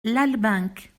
lalbenque